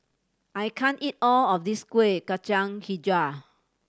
I can't eat all of this Kueh Kacang Hijau